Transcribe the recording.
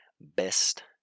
best